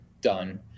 done